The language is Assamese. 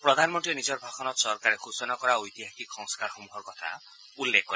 প্ৰধানমন্ত্ৰীয়ে নিজৰ ভাষণত চৰকাৰে সূচনা কৰা ঐতিহাসিক সংস্কাৰসমূহৰ কথা উল্লেখ কৰে